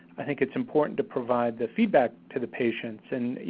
i think it is important to provide the feedback to the patients, and you